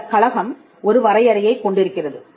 இந்தக் கழகம் ஒரு வரையறையைக் கொண்டிருக்கிறது